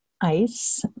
ICE